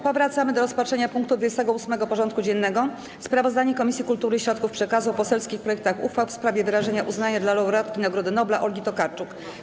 Powracamy do rozpatrzenia punktu 28. porządku dziennego: Sprawozdanie Komisji Kultury i Środków Przekazu o poselskich projektach uchwał w sprawie wyrażenia uznania dla laureatki Nagrody Nobla Olgi Tokarczuk.